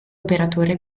operatore